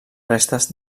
restes